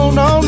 no